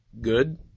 good